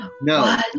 No